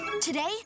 Today